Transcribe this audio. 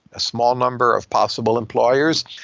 a small number of possible employers.